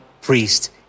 priest